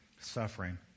suffering